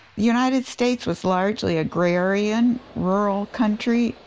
united states was largely agrarian, rural country.